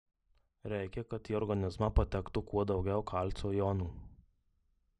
reikia kad į organizmą patektų kuo daugiau kalcio jonų